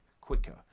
quicker